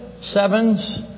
sevens